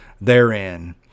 therein